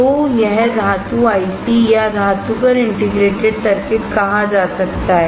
तो यह धातु आईसी या धातुकर इंटीग्रेटेड सर्किट कहा जा सकता है